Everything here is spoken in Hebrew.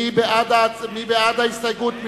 מי בעד ההסתייגות?